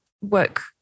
work